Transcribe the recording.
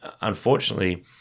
unfortunately